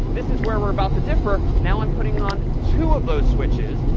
this is where we're about to differ. now i'm putting on two of those switches,